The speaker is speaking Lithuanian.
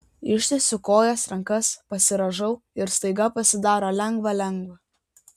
ištiesiu kojas rankas pasirąžau ir staiga pasidaro lengva lengva